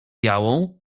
białą